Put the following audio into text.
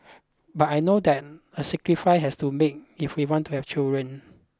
but I know that a sacrifice has to made if we want to have children